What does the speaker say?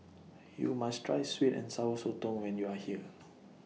YOU must Try Sweet and Sour Sotong when YOU Are here